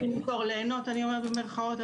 אני אומרת ליהנות במרכאות,